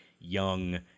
young